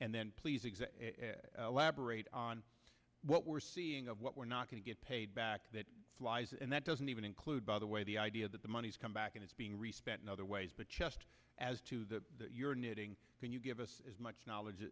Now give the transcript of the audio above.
and then please exact lab arrayed on what we're seeing of what we're not going to get paid back that lies and that doesn't even include by the way the idea that the money's come back and it's being respect in other ways but just as to the your knitting can you give us as much knowledge